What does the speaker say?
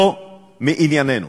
לא מענייננו.